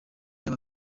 yaba